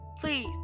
please